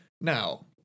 Now